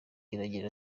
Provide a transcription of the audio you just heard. iragira